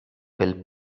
pel